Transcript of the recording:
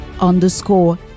underscore